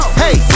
hey